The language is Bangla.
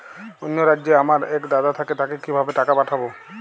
অন্য রাজ্যে আমার এক দাদা থাকে তাকে কিভাবে টাকা পাঠাবো?